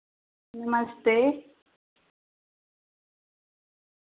नमस्ते